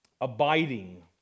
Abiding